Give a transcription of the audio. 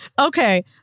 Okay